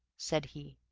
said he.